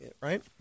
right